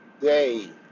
day